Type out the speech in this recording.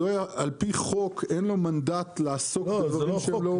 על פי חוק אין לו מנדט לעסוק בדברים שהם לא בתחום שלו.